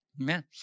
Amen